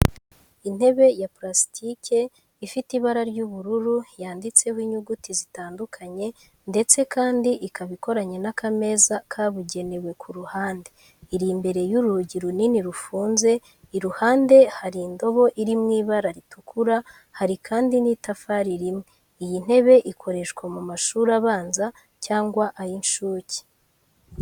Intebe ya purasitike ifite ibara ry'ubururu yanditseho inyuguti zitandukanye, ndetse kandi ikaba ikoranye n’akameza kabugenewe ku ruhande. Iri imbere y’urugi runini rufunze, iruhande hari indobo iri mu ibara ritukura hari kandi n’itafari rimwe. Iyi ntebe ikoreshwa mu mashuri abanza cyangwa ay'incuke.